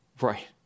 Right